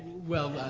well,